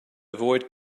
avoid